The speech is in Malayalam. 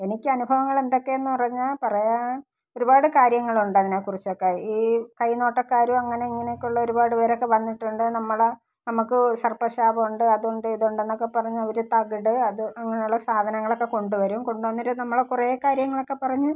എനിയ്ക്കനുഭവങ്ങളെന്തൊക്കേന്നു പറഞ്ഞാൽ പറയാൻ ഒരുപാട് കാര്യങ്ങളുണ്ടതിനേക്കുറിച്ചക്കെ ഈ കൈനോട്ടക്കാരും അങ്ങനെ ഇങ്ങനെ ഒക്കെ ഉള്ള ഒരുപാട് പേരൊക്കെ വന്നിട്ടുണ്ട് നമ്മളെ നമുക്ക് സർപ്പശാപമുണ്ട് അതുകൊണ്ട് ഇതുണ്ടെന്നക്കെ പറഞ്ഞ് അവർ തകിട് അത് അങ്ങനുള്ള സാധനങ്ങളൊക്കെ കൊണ്ടുവരും കൊണ്ടുവന്നിട്ട് നമ്മൾ കുറെ കാര്യങ്ങളക്കെ പറഞ്ഞ്